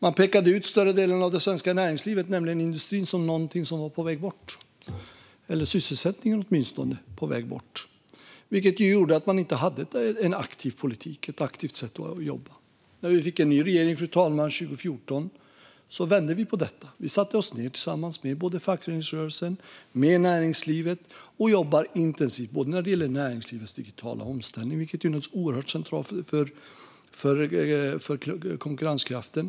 Man pekade ut större delen av det svenska näringslivet, nämligen industrin, som någonting som var på väg bort, åtminstone vad gällde sysselsättning. Det gjorde att man inte hade en aktiv politik och ett aktivt sätt att jobba. När Sverige fick en ny regering 2014, fru talman, vände vi på detta. Vi satte oss ned tillsammans med både fackföreningsrörelsen och näringslivet och jobbade intensivt. Det handlade om näringslivets digitala omställning, vilken naturligtvis är oerhört central för konkurrenskraften.